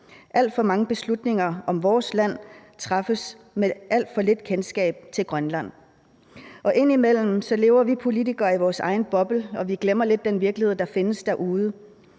Alt for mange beslutninger om vores land træffes med alt for lidt kendskab til Grønland. Indimellem lever vi politikere i vores egen boble; vi glemmer lidt den virkelighed, der findes derude.